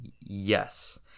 yes